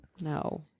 No